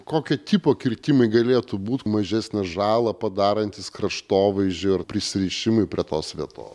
kokio tipo kirtimai galėtų būt mažesnę žalą padarantys kraštovaizdžiui ar prisirišimui prie tos vieto